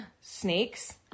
snakes